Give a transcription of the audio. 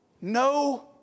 no